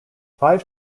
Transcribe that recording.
five